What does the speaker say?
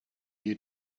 you